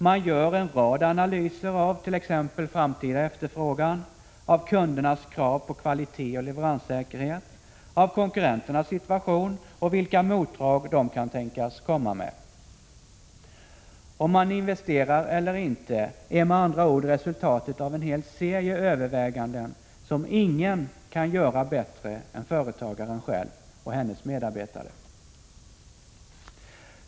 Man gör en rad analyser, t.ex. av framtida efterfrågan, av kundernas krav på kvalitet och leveranssäkerhet, av konkurrenternas situation och av vilka motdrag de kan tänkas komma med. Om man investerar eller inte är med andra ord resultatet av en hel serie överväganden, som ingen kan göra bättre än företagaren själv och hennes medarbetare.